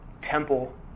temple